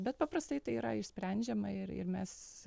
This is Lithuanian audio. bet paprastai tai yra išsprendžiama ir ir mes